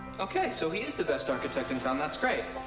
okay, so he is the best architect in town. that's great.